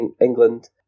england